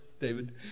David